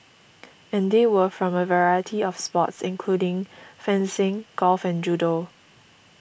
and they were from a variety of sports including fencing golf and judo